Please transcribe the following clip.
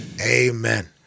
amen